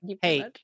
Hey